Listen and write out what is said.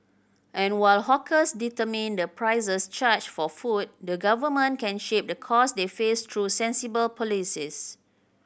and while hawkers determine the prices charged for food the Government can shape the cost they face through sensible policies